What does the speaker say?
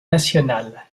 nationale